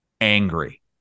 angry